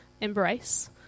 embrace